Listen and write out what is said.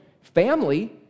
family